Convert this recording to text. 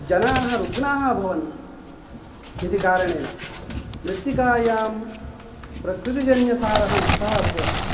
जनाः ऋग्णाः अभूवन् इति कारणेन मृत्तिकायां प्रकृतिजन्यसारः नष्टः अभवत्